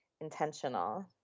intentional